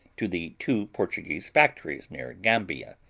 to the two portuguese factories, near gambia,